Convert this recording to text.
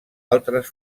altres